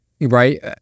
right